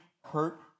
hurt